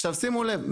עכשיו שימו לב,